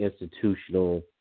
institutional